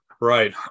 Right